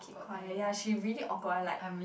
be quiet ya she really awkward one like